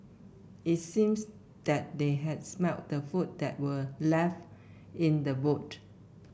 it seems that they had smelt the food that were left in the boot